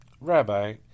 Rabbi